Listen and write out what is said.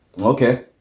Okay